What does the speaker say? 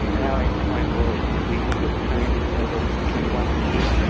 and our endpoint was if we look at pain and kind of ah between one and ten,